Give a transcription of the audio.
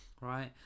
Right